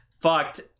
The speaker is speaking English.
fucked